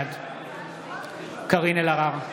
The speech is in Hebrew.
בעד קארין אלהרר,